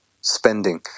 spending